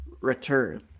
return